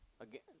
again